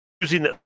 using